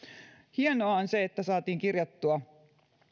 hienoa on se että saatiin kirjattua